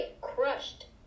crushed